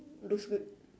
look's good